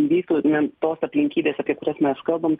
įvyktų net tos aplinkybės apie kurias mes kalbam